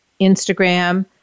Instagram